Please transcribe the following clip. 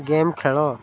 game ଖେଳ